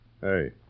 Hey